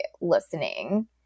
listening